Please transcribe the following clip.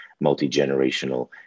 multi-generational